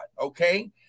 okay